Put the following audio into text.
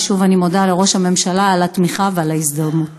ושוב אני מודה לראש הממשלה על התמיכה ועל ההזדהות.